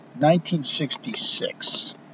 1966